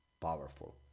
powerful